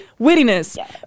Wittiness